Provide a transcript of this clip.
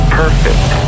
perfect